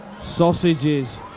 Sausages